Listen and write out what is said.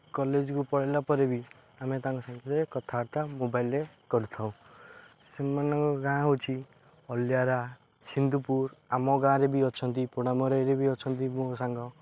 କଲେଜ୍କୁ ପଳାଇଲା ପରେ ବି ଆମେ ତାଙ୍କ ସାଥିରେ କଥାବାର୍ତ୍ତା ମୋବାଇଲ୍ରେ କରିଥାଉ ସେମାନଙ୍କ ଗାଁ ହେଉଛିି ଅଲିଆରା ସିନ୍ଦୁପୁର ଆମ ଗାଁରେ ବି ଅଛନ୍ତି ପୋଡ଼ାମରିରେ ବି ଅଛନ୍ତି ମୋ ସାଙ୍ଗ